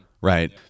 right